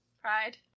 Pride